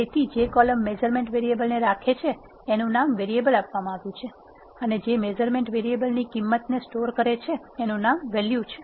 તેથી જે column measurement variable ને રાખે છે એનું નામ વેરીએબલ આપવામાં આવ્યું છે અને જે મેઝરમેન્ટ વેરીએબલ ની કિંમત ને સ્ટોર કરે છે એનું નામ વેલ્યુ છે